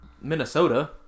Minnesota